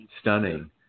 Stunning